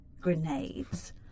grenades